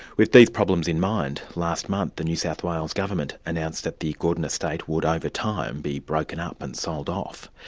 with these problems in mind, last month the new south wales government announced that the gordon estate would over time, be broken up and sold off.